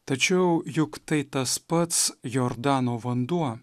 tačiau juk tai tas pats jordano vanduo